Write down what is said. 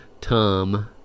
Tom